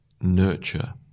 nurture